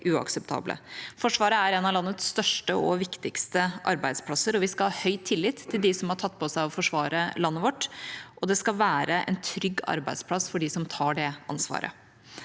Forsvaret er en av landets største og viktigste arbeidsplasser. Vi skal ha høy tillit til dem som har tatt på seg å forsvare landet vårt, og det skal være en trygg arbeidsplass for dem som tar det ansvaret.